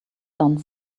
done